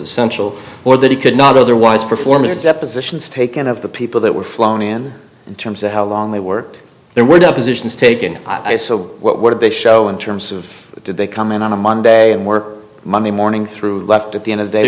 essential or that he could not otherwise performance depositions taken of the people that were flown in terms how long they worked there were depositions taken i so what a big show in terms of did they come in on a monday and work monday morning through left at the end of